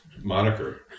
moniker